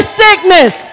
sickness